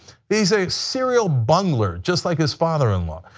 he's a serial bungler just like his father-in-law.